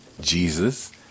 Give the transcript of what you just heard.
Jesus